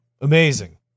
Amazing